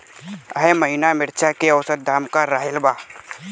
एह महीना मिर्चा के औसत दाम का रहल बा?